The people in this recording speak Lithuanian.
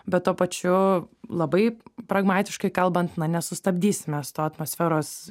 bet tuo pačiu labai pragmatiškai kalbant na nesustabdysim mes to atmosferos